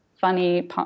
funny